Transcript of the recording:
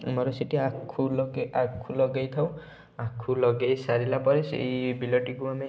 ଆମର ସେଇଠି ଆଖୁ ଲୋକେ ଆଖୁ ଲଗେଇ ଥାଉ ଆଖୁ ଲଗେଇ ସାରିଲା ପରେ ସେଇ ବିଲ ଟିକୁ ଆମେ